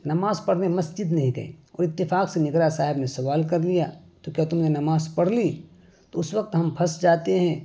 نماز پڑھنے مسجد نہیں تھے اور اتفاق سے نگرا صاحب نے سوال کر لیا تو کیا تم نے نماز پڑھ لی تو اس وقت ہم پھنس جاتے ہیں